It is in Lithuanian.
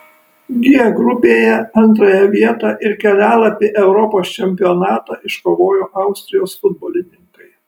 g grupėje antrąją vietą ir kelialapį europos čempionatą iškovojo austrijos futbolininkai